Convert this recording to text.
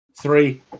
Three